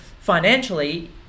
financially